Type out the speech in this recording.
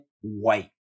white